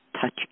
touch